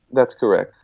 that's correct,